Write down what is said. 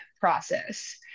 process